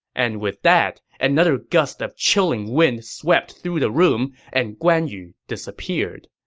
and with that, another gust of chilling wind swept through the room, and guan yu disappeared.